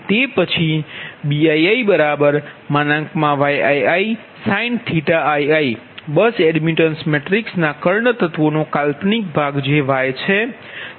તે પછી Bii Yiisin⁡ bus admittance મેટ્રિક્સના કર્ણ તત્વોનો કાલ્પનિક ભાગ જે Y છે